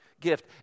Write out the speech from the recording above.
gift